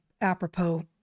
apropos